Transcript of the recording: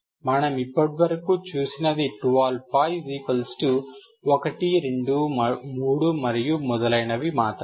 మనం ఇప్పటివరకు చూసినది 2α 1 2 3 మరియు మొదలైనవి మాత్రమే